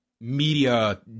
media